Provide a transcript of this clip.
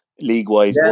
league-wise